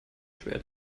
schwer